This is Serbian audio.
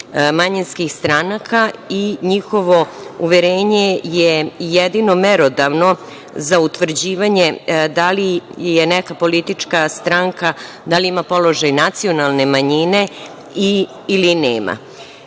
manjinskih stranaka i njihovo uverenje je jedino merodavno za utvrđivanje da li neka politička stranka ima položaj nacionalne manjine ili nema. Kao